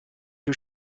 was